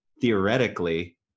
theoretically